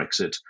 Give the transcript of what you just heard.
Brexit